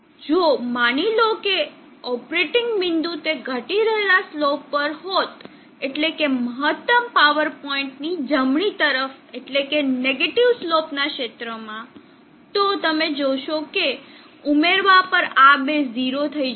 જો માની લો કે ઓપરેટિંગ બિંદુ તે ઘટી રહેલા સ્લોપ પર હોત એટલે કે મહત્તમ પાવર પોઇન્ટની જમણી તરફ એટલે કે નેગેટીવ સ્લોપ ના ક્ષેત્રમાં તો તમે જોશો કે ઉમેરવા પર આ બે ઝીરો થઈ જશે